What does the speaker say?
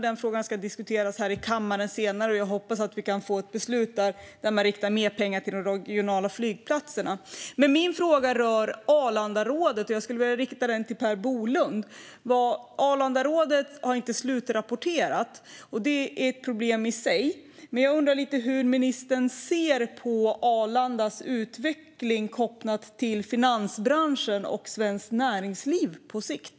Den frågan ska diskuteras i kammaren senare. Jag hoppas på ett beslut om att rikta mer pengar till de regionala flygplatserna. Min fråga rör Arlandarådet, och jag riktar den till Per Bolund. Arlandarådet har inte slutrapporterat. Det är ett problem i sig. Men jag undrar hur ministern ser på Arlandas utveckling kopplat till finansbranschen och svenskt näringsliv på sikt.